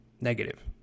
Negative